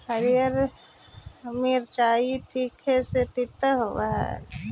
हरीअर मिचाई चीखे में तीता होब हई